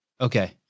Okay